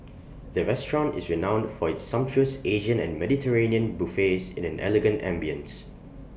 the restaurant is renowned for its sumptuous Asian and Mediterranean buffets in an elegant ambience